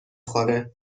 خوره